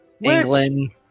England